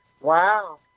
Wow